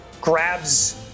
grabs